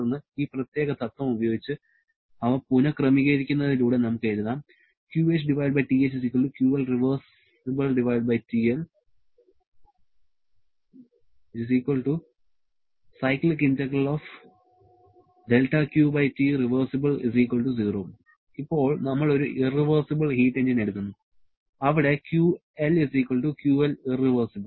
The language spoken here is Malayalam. തുടർന്ന് ഈ പ്രത്യേക തത്ത്വം ഉപയോഗിച്ച് അവ പുന ക്രമീകരിക്കുന്നതിലൂടെ നമുക്ക് എഴുതാം ഇപ്പോൾ നമ്മൾ ഒരു ഇറവെഴ്സിബിൾ ഹീറ്റ് എഞ്ചിൻ എടുക്കുന്നു അവിടെ QL QL irr